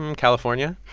and california